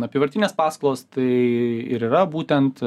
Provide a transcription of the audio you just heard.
apyvartinės paskolos tai ir yra būtent